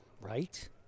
Right